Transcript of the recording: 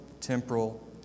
temporal